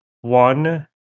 One